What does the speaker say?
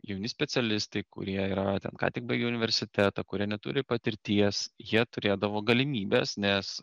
jauni specialistai kurie yra ten ką tik baigę universitetą kurie neturi patirties jie turėdavo galimybes nes